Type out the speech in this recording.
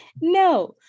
no